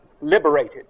liberated